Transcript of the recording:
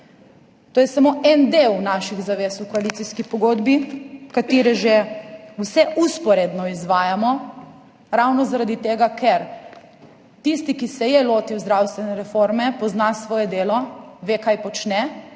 to je samo en del naših zavez v koalicijski pogodbi, ki jih že vse vzporedno izvajamo ravno zaradi tega, ker tisti, ki se je lotil zdravstvene reforme, pozna svoje delo, ve, kaj počne,